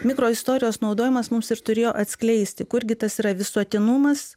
mikroistorijos naudojimas mums ir turėjo atskleisti kurgi tas yra visuotinumas